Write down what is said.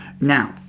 Now